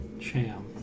Cham